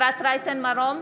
אפרת רייטן מרום,